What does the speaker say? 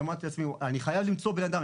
אני אמרתי לעצמי אני חייב למצוא בן אדם,